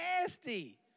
nasty